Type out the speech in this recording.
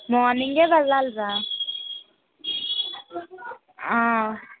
మార్నింగే వెళ్ళాలి రా ఆ